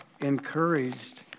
encouraged